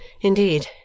Indeed